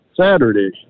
Saturday